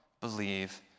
believe